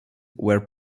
were